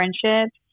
friendship